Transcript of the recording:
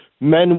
Men